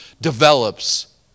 develops